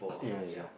yeah it's uh